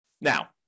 Now